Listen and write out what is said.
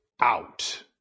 out